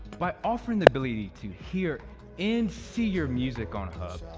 by offering the ability to hear and see your music on hub,